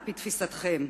על-פי תפיסתכם,